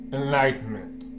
enlightenment